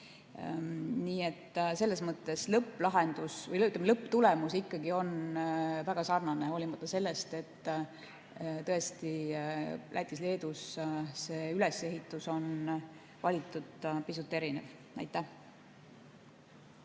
lõpplahendus või lõpptulemus on väga sarnane, hoolimata sellest, et tõesti Lätis-Leedus see ülesehitus on valitud pisut erinev. Aitäh!